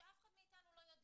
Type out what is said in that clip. שאף אחד מאתנו לא יודע